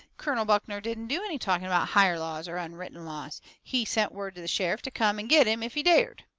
colonel buckner didn't do any talking about higher laws or unwritten laws. he sent word to the sheriff to come and get him if he dared.